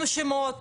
מועצת